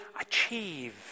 achieve